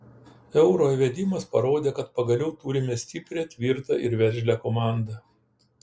euro įvedimas parodė kad pagaliau turime stiprią tvirtą ir veržlią komandą